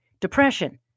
depression